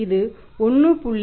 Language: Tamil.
இது 1